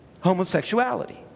homosexuality